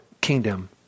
kingdom